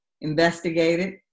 investigated